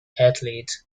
athlete